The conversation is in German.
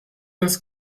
das